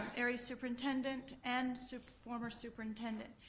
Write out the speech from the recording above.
area superintendent and so former superintendent.